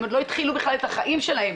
הם עוד לא התחילו בכלל את החיים שלהם,